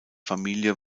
familie